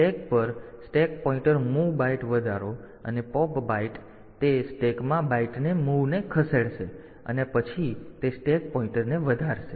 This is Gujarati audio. તેથી સ્ટેક પર સ્ટેક પોઈન્ટર મૂવ બાઈટ વધારો અને પોપ બાઈટ તે સ્ટેકથી બાઈટમાં મૂવને ખસેડશે અને પછી તે સ્ટેક પોઈન્ટરને વધારશે